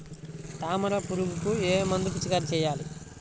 తామర పురుగుకు ఏ మందు పిచికారీ చేయాలి?